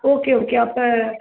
okay okay அப்போ